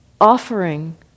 offering